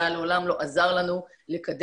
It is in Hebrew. צה"ל מעולם לא עזר לנו לקדם,